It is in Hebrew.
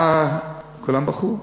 כולם בכו.